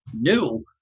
new